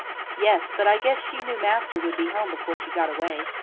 yes, but i guess she knew master would be home before she got away.